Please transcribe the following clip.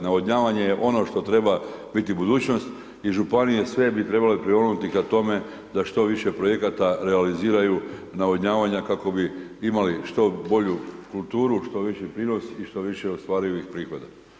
Navodnjavanje je ono što treba biti budućnost i županije sve bi trebale prionuti ka tome da što više projekata realiziraju navodnjavanja kako bi imali što bolju kulturu, što veći prinos i što više ostvaruju prihoda.